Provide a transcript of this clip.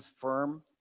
firm